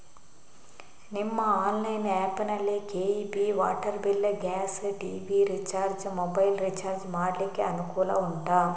ನಿಮ್ಮ online app ನಲ್ಲಿ KEB, water bill, gas, TV recharge, mobile recharge ಮಾಡ್ಲಿಕ್ಕೆ ಅನುಕೂಲ ಉಂಟಾ